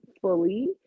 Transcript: fully